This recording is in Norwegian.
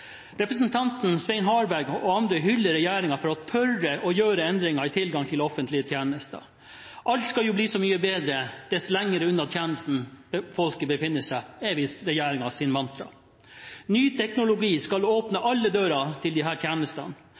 Representanten Svein Harberg og andre hyller regjeringen for å tørre å gjøre endringer i tilgang til offentlige tjenester. Alt skal bli så mye bedre dess lenger unna tjenesten folket befinner seg, er visst regjeringens mantra. Ny teknologi skal åpne alle dører til disse tjenestene,